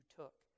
took